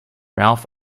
ralph